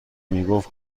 میگفت